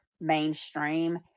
mainstream